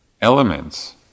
elements